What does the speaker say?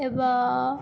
एबा